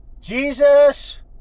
Jesus